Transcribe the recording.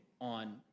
on